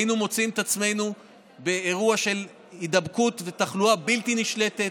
היינו מוצאים את עצמנו באירוע של הידבקות ותחלואה בלתי נשלטת,